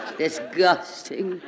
disgusting